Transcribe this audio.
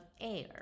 air